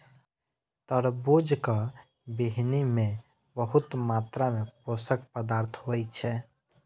तरबूजक बीहनि मे बहुत मात्रा मे पोषक पदार्थ होइ छै